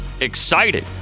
excited